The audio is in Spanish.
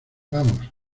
vamos